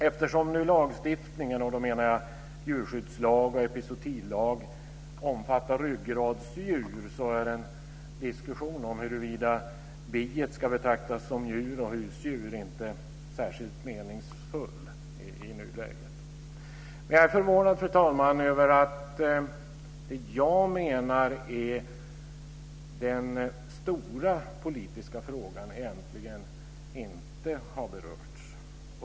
Eftersom lagstiftningen - nu menar jag djurskyddslag och epizootilag - omfattar ryggradsdjur är en diskussion om huruvida biet ska betraktas som djur och husdjur inte särskilt meningsfull i nuläget. Men jag är förvånad, fru talman, över att det jag menar är den stora politiska frågan egentligen inte har berörts.